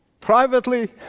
privately